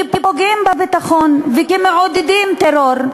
כפוגעים בביטחון וכמעודדים טרור.